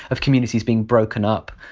of communities being broken up,